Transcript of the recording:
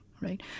right